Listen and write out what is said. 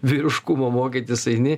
vyriškumo mokytis eini